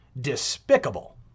despicable